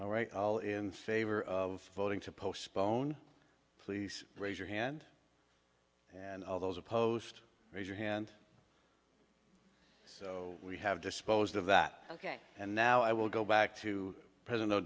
all right all in favor of voting to postpone please raise your hand and all those opposed raise your hand so we have disposed of that ok and now i will go back to present